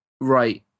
right